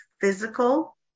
physical